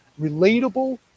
relatable